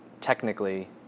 technically